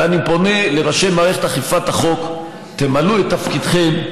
ואני פונה לראשי מערכת אכיפת החוק: תמלאו את תפקידכם,